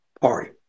Party